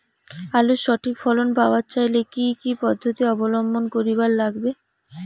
আলুর সঠিক ফলন পাবার চাইলে কি কি পদ্ধতি অবলম্বন করিবার লাগবে?